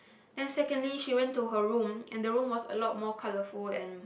and secondly she went to her room and the room was a lot more colourful and